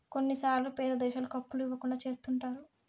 కొన్నిసార్లు పేద దేశాలకు అప్పులు ఇవ్వకుండా చెత్తుంటారు